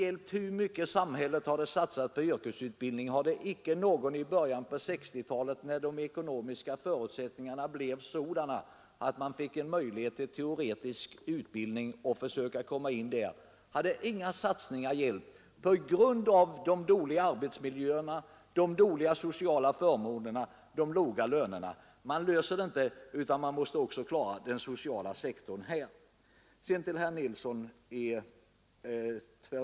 Men om vi inte i början på 1960-talet hade fått de ekonomiska förutsättningarna för att meddela teoretisk utbildning, så hade inga satsningar hjälpt — på grund av de dåliga arbetsmiljöerna, de dåliga sociala förmånerna och de låga lönerna. Man löser inte sådana frågor som yrkesutbildningen, om man inte samtidigt klarar upp förhållandena på den sociala sektorn.